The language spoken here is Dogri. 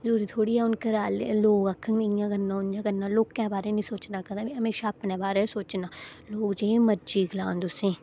ते हू'न लोक आखन इं'या करना उं'आं करना लोकें बारै निं सोचना कदें हमेशा अपने बारै सोचना लोक जे मर्जी गलान तुसें ई